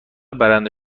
برنده